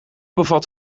bevat